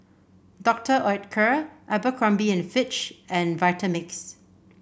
Doctor Oetker Abercrombie and Fitch and Vitamix